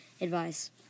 advice